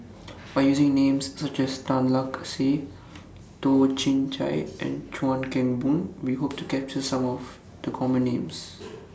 By using Names such as Tan Lark Sye Toh Chin Chye and Chuan Keng Boon We Hope to capture Some of The Common Names